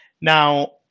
Now